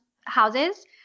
houses